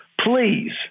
Please